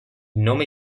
nome